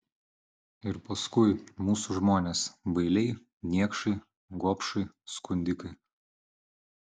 ir paskui mūsų žmonės bailiai niekšai gobšai skundikai